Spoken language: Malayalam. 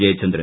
ജയചന്ദ്രൻ